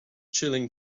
chilling